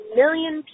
million